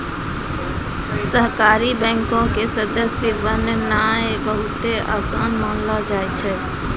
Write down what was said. सहकारी बैंको के सदस्य बननाय बहुते असान मानलो जाय छै